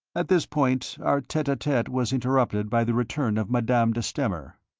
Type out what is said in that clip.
at this point our tete-a-tete was interrupted by the return of madame de stamer.